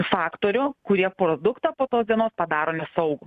faktorių kurie produktą po tos dienos padarome saugų